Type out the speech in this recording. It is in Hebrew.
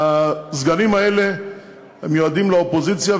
הסגנים האלה מיועדים לאופוזיציה,